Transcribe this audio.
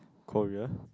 Korea